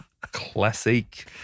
Classic